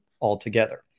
altogether